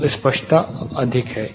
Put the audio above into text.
तो स्पष्टता अधिक है